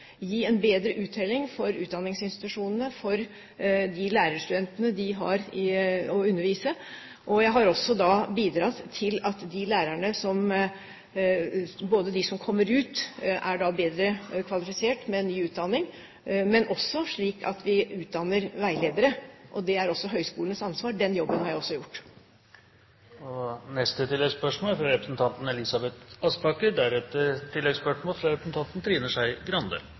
gi en bedre uttelling for utdanningsinstitusjonene for de lærerstudentene de har å undervise. Jeg har også bidratt til at ikke bare de lærerne som kommer ut med ny utdanning, er bedre kvalifisert, men at vi også utdanner veiledere. Det er høgskolenes ansvar. Den jobben har jeg også gjort.